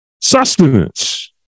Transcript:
sustenance